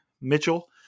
Mitchell